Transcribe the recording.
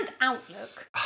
Outlook